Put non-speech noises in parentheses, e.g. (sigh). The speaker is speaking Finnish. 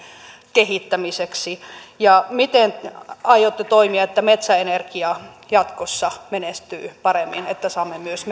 kehittämiseksi miten aiotte toimia että metsäenergia jatkossa menestyy paremmin että saamme myös (unintelligible)